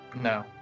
No